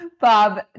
Bob